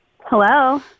hello